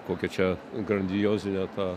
kokia čia grandiozinė ta